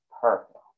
perfect